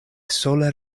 sola